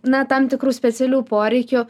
na tam tikrų specialių poreikių